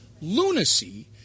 lunacy